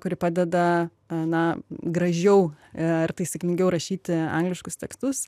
kuri padeda na gražiau ir taisyklingiau rašyti angliškus tekstus